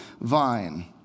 vine